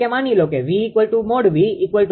ઉદાહરણ તરીકે માની લો કે V|𝑉|1